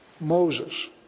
Moses